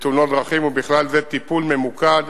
לתאונות דרכים, ובכלל זה טיפול ממוקד